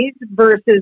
versus